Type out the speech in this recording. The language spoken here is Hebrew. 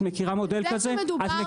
את מכירה מודל כזה בחקיקה?